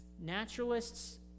naturalists